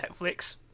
Netflix